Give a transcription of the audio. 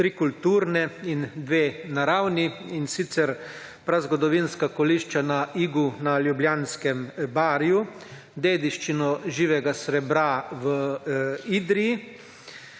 tri kulturne in dve naravni, in sicer: prazgodovinska kolišča na Igu na Ljubljanskem barju, dediščino živega srebra v Idriji